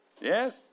Yes